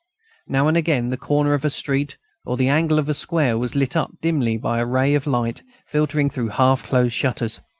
now and again the corner of a street or the angle of a square was lit up dimly by a ray of light filtering through half-closed shutters.